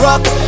Rock